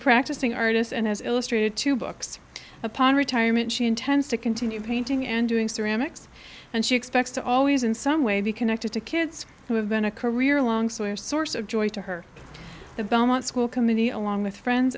practicing artist and as illustrated to books upon retirement she intends to continue painting and doing ceramics and she expects to always in some way be connected to kids who have been a career long so our source of joy to her the belmont school committee along with friends